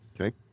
Okay